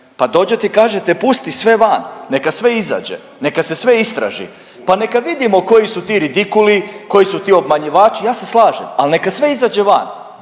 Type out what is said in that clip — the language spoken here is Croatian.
Pa dođete i kažete pusti sve van, neka sve izađe, neka se sve istraži pa neka vidimo koji su ti ridikuli, koji su ti obmanjivači al neka sve izađe van.